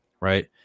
right